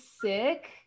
sick